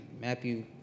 Matthew